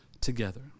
together